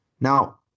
Now